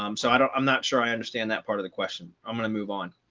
um so and i'm not sure i understand that part of the question. i'm going to move on.